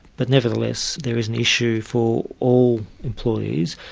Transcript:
but nevertheless, there is an issue for all employees.